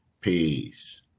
Peace